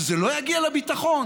שזה לא יגיע לביטחון?